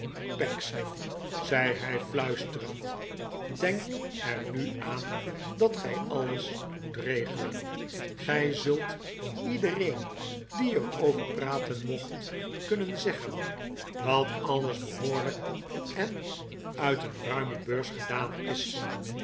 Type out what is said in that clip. pecksniff zei hij fluisterend denk er nu aan dat gij alles moet regeleri gij zult iedereen die er over praten mocht kunnen zeggen dat alles behoorlijk en uit een ruime beurs gedaan is